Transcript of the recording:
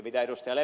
mitä ed